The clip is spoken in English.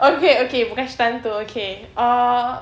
okay okay bukan cerita hantu okay uh